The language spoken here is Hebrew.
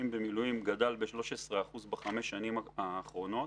במילואים גדל ב-13% ב-5 השנים האחרונות.